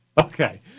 Okay